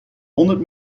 honderd